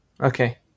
Okay